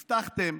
הבטחתם,